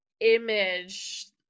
image